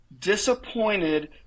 disappointed